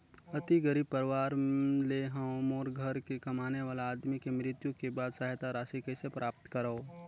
अति गरीब परवार ले हवं मोर घर के कमाने वाला आदमी के मृत्यु के बाद सहायता राशि कइसे प्राप्त करव?